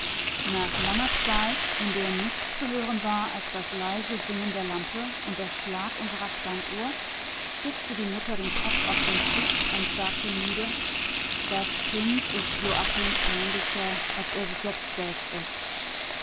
nach langer zeit in der nichts zu hören war als das leise singen der lampe und der schlag unserer standuhr stützte die mutter den kopf auf den tisch und sagte müde das kind ist joachim ähnlicher als er sich jetzt selbst ist